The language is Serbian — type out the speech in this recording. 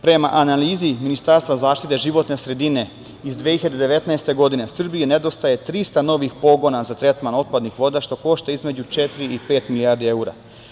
Prema analizi Ministarstva zaštite životne sredine iz 2019. godine, Srbiji nedostaje 300 novih pogona za tretman otpadnih voda, što košta između četiri i pet milijardi evra.